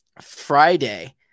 Friday